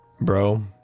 bro